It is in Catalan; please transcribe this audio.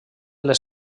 les